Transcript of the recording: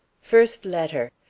first letter.